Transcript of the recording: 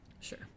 Sure